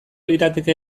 lirateke